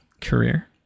career